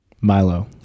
Milo